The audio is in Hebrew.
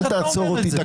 אל תעצור אותי,